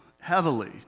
heavily